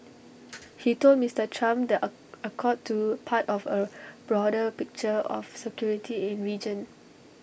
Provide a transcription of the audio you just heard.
he told Mister Trump the A accord to part of A broader picture of security in region